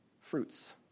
fruits